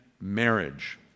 marriage